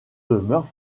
demeures